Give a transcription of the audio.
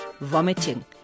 vomiting